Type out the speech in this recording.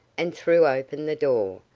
and threw open the door,